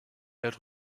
elle